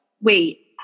Wait